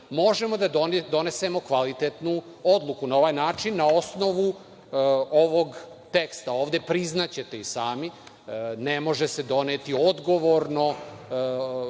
možemo da donesemo kvalitetnu odluku. Na ovaj način, na osnovu ovog teksta, priznaćete i sami, ne može se doneti odgovorno